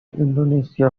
indonesia